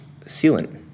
sealant